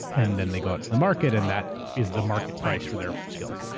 and then they go out to the market, and that is the market price for their skills.